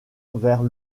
vers